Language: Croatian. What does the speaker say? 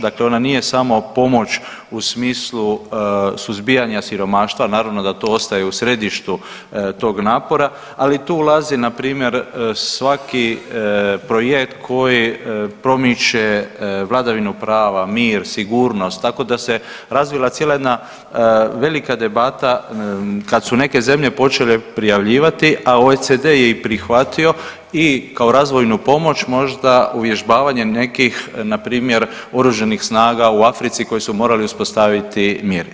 Dakle, ona nije samo pomoć u smislu suzbijanja siromaštva, naravno da to ostaje u središtu tog napora ali i tu ulazi npr. svaki projekt koji promiče vladavinu prava, mir, sigurnost tako da se razvila cijela jedna velika debata kad su neke zemlje počele prijavljivati, a OECD je i prihvatio i kao razvojnu pomoć možda uvježbavanje nekih npr. oružanih snaga u Africi koje su morali uspostaviti mir.